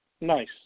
Nice